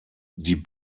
die